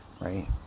Right